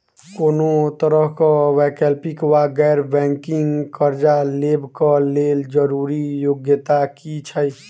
कोनो तरह कऽ वैकल्पिक वा गैर बैंकिंग कर्जा लेबऽ कऽ लेल जरूरी योग्यता की छई?